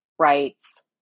rights